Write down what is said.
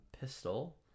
pistol